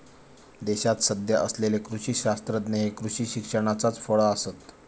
देशात सध्या असलेले कृषी शास्त्रज्ञ हे कृषी शिक्षणाचाच फळ आसत